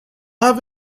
have